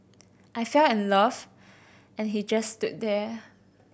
I fell in love and he just stood there